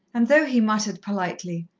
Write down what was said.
and though he muttered politely,